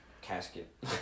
casket